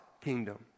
kingdom